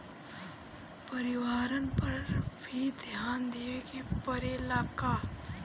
परिवारन पर भी ध्यान देवे के परेला का?